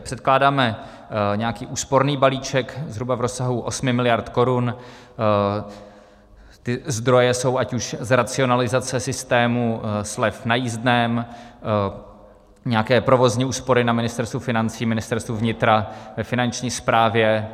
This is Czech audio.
Předkládáme úsporný balíček zhruba v rozsahu 8 mld. korun, ty zdroje jsou ať už z racionalizace systému slev na jízdném, nějaké provozní úspory na Ministerstvu financí, Ministerstvu vnitra, ve finanční správě.